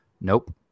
Nope